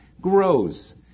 grows